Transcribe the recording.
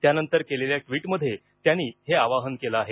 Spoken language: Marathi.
त्यानंतर केलेल्या ट्वीटमध्ये त्यांनी हे आवाहन केलं आहे